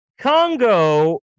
Congo